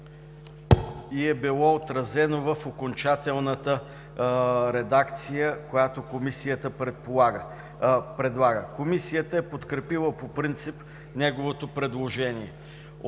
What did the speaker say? и е било отразено в окончателната редакция, която Комисията предлага. Комисията е подкрепила по принцип неговото предложение.